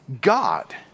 God